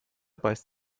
beißt